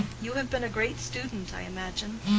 you have been a great student, i imagine?